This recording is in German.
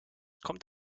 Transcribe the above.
kommt